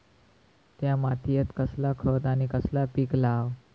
त्या मात्येत कसला खत आणि कसला पीक लाव?